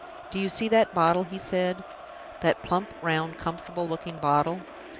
do you see that bottle, he said that plump, round, comfortable-looking bottle?